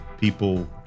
People